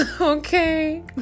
okay